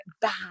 bad